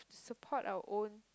support our own